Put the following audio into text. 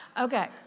Okay